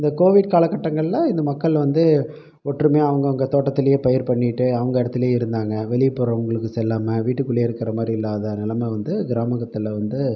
இந்த கோவிட் காலகட்டங்களில் இந்த மக்கள் வந்து ஒற்றுமையாக அவங்கவுங்க தோட்டத்துலேயே பயிர் பண்ணிகிட்டு அவங்க இடத்துலே இருந்தாங்க வெளிப்புறங்களுக்கு செல்லாமல் வீட்டுக்குள்ளே இருக்கிற மாதிரி இல்லாத நிலம வந்து கிராமகத்தில் வந்து